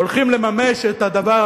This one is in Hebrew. הולכים לממש את הדבר,